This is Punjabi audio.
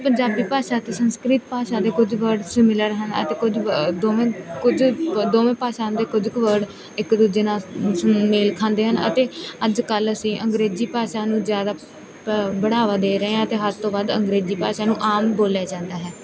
ਪੰਜਾਬੀ ਭਾਸ਼ਾ ਅਤੇ ਸੰਸਕ੍ਰਿਤ ਭਾਸ਼ਾ ਦੇ ਕੁਝ ਵਰਡ ਸਿਮਿਲਰ ਹਨ ਅਤੇ ਕੁਝ ਦੋਵੇਂ ਕੁਝ ਦੋਵੇਂ ਭਾਸ਼ਾਵਾਂ ਦੇ ਕੁਝ ਕੁ ਵਰਡ ਇੱਕ ਦੂਜੇ ਨਾਲ ਮੇਲ ਖਾਂਦੇ ਹਨ ਅਤੇ ਅੱਜ ਕੱਲ੍ਹ ਅਸੀਂ ਅੰਗਰੇਜ਼ੀ ਭਾਸ਼ਾ ਨੂੰ ਜ਼ਿਆਦਾ ਬ ਬੜ੍ਹਾਵਾ ਦੇ ਰਹੇ ਹਾਂ ਅਤੇ ਹੱਦ ਤੋਂ ਵੱਧ ਅੰਗਰੇਜ਼ੀ ਭਾਸ਼ਾ ਨੂੰ ਆਮ ਬੋਲਿਆ ਜਾਂਦਾ ਹੈ